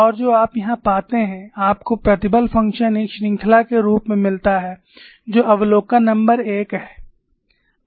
और जो आप यहां पाते हैं आपको प्रतिबल फ़ंक्शन एक श्रृंखला के रूप में मिलता है जो अवलोकन नंबर एक है